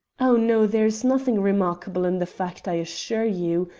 oh, no, there is nothing remarkable in the fact, i assure you.